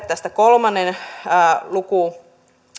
tästä kolmannen lukukauden